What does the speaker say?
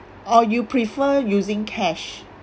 or you prefer using cash